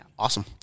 Awesome